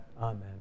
Amen